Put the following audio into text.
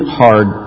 hard